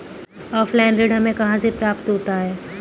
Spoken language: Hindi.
ऑफलाइन ऋण हमें कहां से प्राप्त होता है?